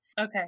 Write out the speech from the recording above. Okay